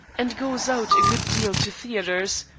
and goes out a good deal to theatres,